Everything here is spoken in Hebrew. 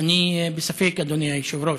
אני בספק, אדוני היושב-ראש.